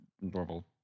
normal